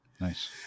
Nice